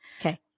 okay